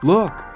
Look